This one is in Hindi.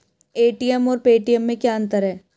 ए.टी.एम और पेटीएम में क्या अंतर है?